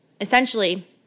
essentially